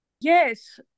yes